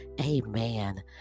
amen